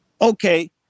okay